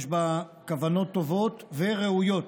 יש בה כוונות טובות וראויות.